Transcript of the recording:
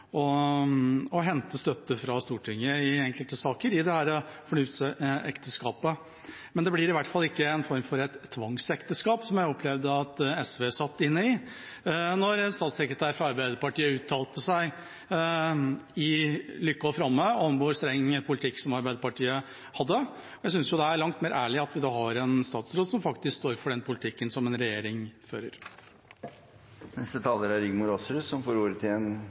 mulig å hente støtte fra Stortinget i enkelte saker i dette fornuftsekteskapet. Det blir i hvert fall ikke en form for tvangsekteskap, som jeg opplevde at SV var i da en statssekretær fra Arbeiderpartiet uttalte seg på lykke og fromme om hvor streng politikk Arbeiderpartiet hadde. Jeg synes det er langt mer ærlig at vi har en statsråd som faktisk står for den politikken som regjeringa fører. Representanten Rigmor Aasrud har hatt ordet to ganger tidligere og får ordet til en